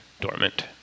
dormant